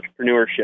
entrepreneurship